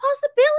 possibility